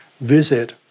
visit